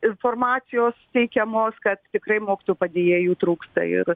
informacijos teikiamos kad tikrai mokytojų padėjėjų trūksta ir